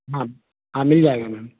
हाँ हाँ मिल जाएगा मैम